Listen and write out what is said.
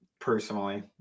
Personally